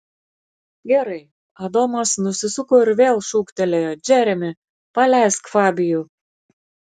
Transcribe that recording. gerai adomas nusisuko ir vėl šūktelėjo džeremi paleisk fabijų